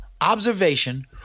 observation